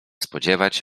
spodziewać